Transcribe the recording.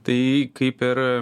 tai kaip ir